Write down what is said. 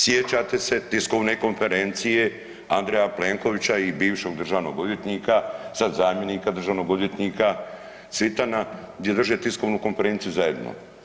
Sjećate se tiskovne konferencije Andreja Plenovića i bivšeg državnog odvjetnika sad zamjenika državnog odvjetnika Cvitana gdje drže tiskovnu konferenciju zajedno.